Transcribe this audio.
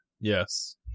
Yes